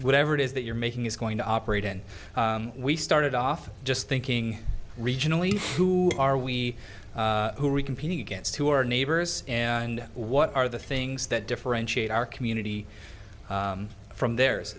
whatever it is that you're making is going to operate and we started off just thinking regionally who are we who are competing against who are neighbors and what are the things that differentiate our community from the